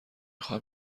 خواهم